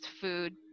food